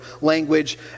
language